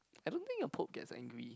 I don't think your pope gets angry